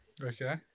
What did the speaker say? Okay